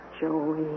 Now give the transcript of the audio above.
Joey